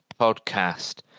Podcast